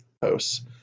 posts